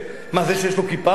מה, זה שיש לו כיפה על הראש?